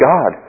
God